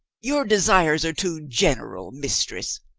your desires are too general, mistress.